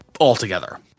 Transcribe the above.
altogether